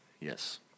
Yes